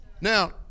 Now